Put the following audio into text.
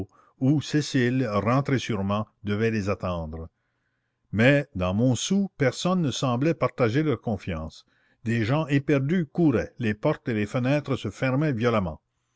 où cécile rentrée sûrement devait les attendre mais dans montsou personne ne semblait partager leur confiance des gens éperdus couraient les portes et les fenêtres se fermaient violemment